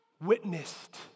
witnessed